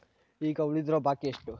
ಈಗ ಉಳಿದಿರೋ ಬಾಕಿ ಎಷ್ಟು?